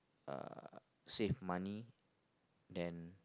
uh save money then